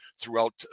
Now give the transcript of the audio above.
throughout